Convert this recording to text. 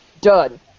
Done